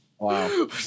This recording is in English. wow